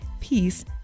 peace